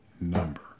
number